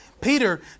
Peter